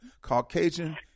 Caucasian